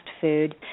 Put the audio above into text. food